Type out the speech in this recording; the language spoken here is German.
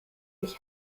ich